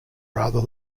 rather